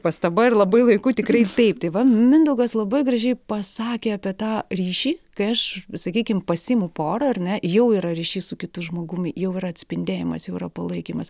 pastaba ir labai laiku tikrai taip tai va mindaugas labai gražiai pasakė apie tą ryšį kai aš sakykim pasiimu porą ar ne jau yra ryšys su kitu žmogumi jau yra atspindėjimas jau yra palaikymas